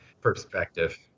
perspective